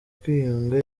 kwiyunga